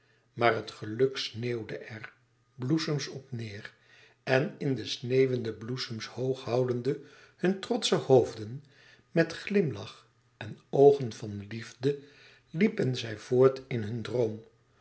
maar het geluk sneeuwde er bloesems op neêr en in de sneeuwende bloesems hoog houdende hun trotsche hoofden met glimlach en oogen van liefde liepen zij voort in hun droom